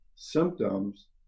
symptoms